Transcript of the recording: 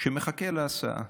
שמחכה להסעה,